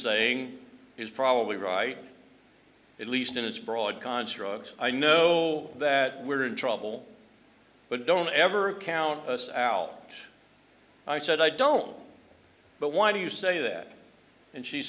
saying is probably right at least in its broad construct i know that we're in trouble but don't ever count us out i said i don't but why do you say that and she